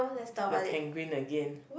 the penguin again